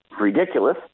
ridiculous